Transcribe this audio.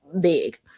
big